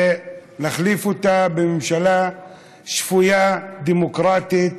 ונחליף אותה בממשלה שפויה, דמוקרטית,